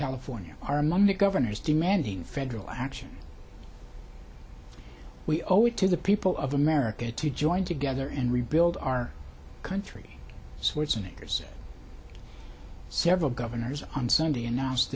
california are among the governors demanding federal action we owe it to the people of america to join together and rebuild our country swardson acres several governors on sunday announced